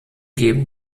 geben